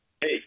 Hey